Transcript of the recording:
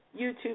YouTube